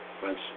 French